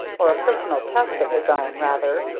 or a personal test of his own, rather,